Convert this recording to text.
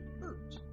hurt